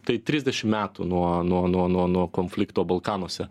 tai trisdešim metų nuo nuo nuo nuo nuo konflikto balkanuose